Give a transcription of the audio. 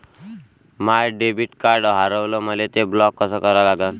माय debit card हारवलं, मले ते ब्लॉक कस करा लागन?